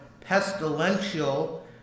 pestilential